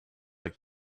like